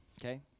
Okay